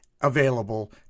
available